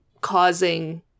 causing